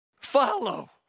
Follow